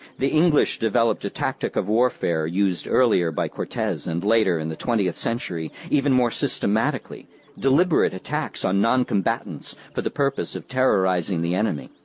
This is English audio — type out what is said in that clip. the english developed a tactic of warfare used earlier by cortes and later, in the twentieth century, even more systematically deliberate attacks on noncombatants for the purpose of terrorizing the enemy.